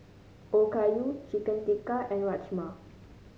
Okayu Chicken Tikka and Rajma